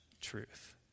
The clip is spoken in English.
truth